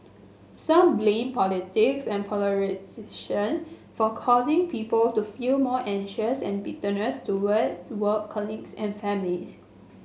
some blame politics and polarisation for causing people to feel more and bitterness towards work colleagues and family